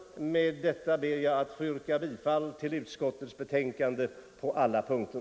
Med detta ber jag att få yrka bifall till utskottets hemställan på alla punkter.